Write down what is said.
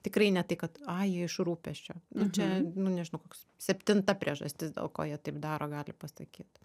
tikrai ne tai kad ai jie iš rūpesčio čia nu nežinau koks septinta priežastis dėl ko jie taip daro gali pasakyt